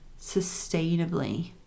sustainably